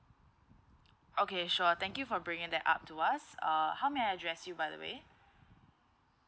okay sure thank you for bringing that up to us uh how may I address you by the way